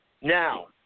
Now